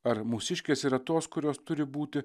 ar mūsiškės yra tos kurios turi būti